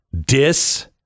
dis